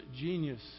genius